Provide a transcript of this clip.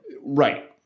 Right